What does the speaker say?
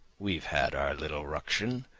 we've had our little ruction,